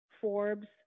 Forbes